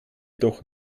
doch